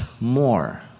more